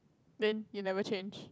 then you never change